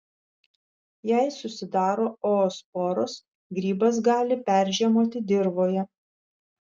jei susidaro oosporos grybas gali peržiemoti dirvoje